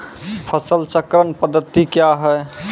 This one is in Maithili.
फसल चक्रण पद्धति क्या हैं?